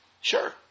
sure